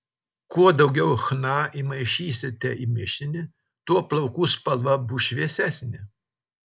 kuo daugiau chna įmaišysite į mišinį tuo plaukų spalva bus šviesesnė